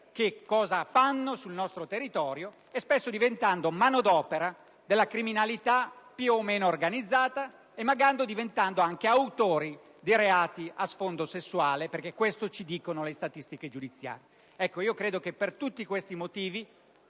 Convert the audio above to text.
che cosa fanno e spesso diventando manodopera della criminalità più o meno organizzata, e magari diventando anche autori di reati a sfondo sessuale (perché questo ci dicono le statistiche giudiziarie). Ecco, per tutti questi motivi